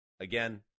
again